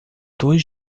dois